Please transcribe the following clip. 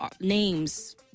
names